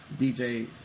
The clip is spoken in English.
DJ